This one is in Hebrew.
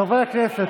חברי הכנסת,